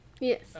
Yes